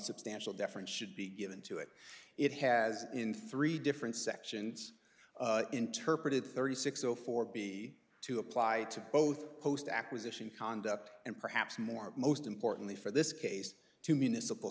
substantial deference should be given to it it has in three different sections interpreted thirty six zero four b to apply to both post acquisition conduct and perhaps more most importantly for this case to municipal